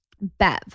Bev